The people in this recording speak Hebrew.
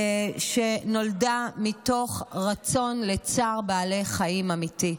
שנולדה מתוך רצון, צער בעלי חיים אמיתי.